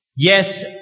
Yes